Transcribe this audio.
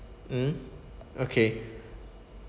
mm okay